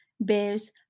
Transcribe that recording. bears